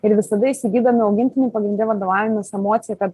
ir visada įsigydami augintinį pagrinde vadovaujamės emocija kad